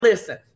Listen